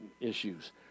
issues